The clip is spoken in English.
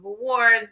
awards